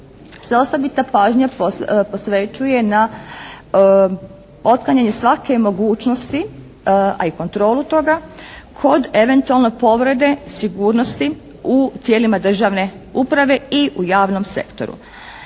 se osobita pažnja posvećuje na otklanjanje svake mogućnosti a i kontrolu toga kod eventualne povrede sigurnosti u tijelima državne uprave i u javnom sektoru.